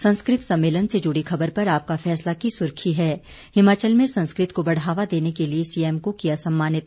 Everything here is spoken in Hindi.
संस्कृत सम्मेलन से जुड़ी खबर पर आपका फैसला की सुर्खी है हिमाचल में संस्कृत को बढ़ावा देने के लिए सीएम को किया सम्मानित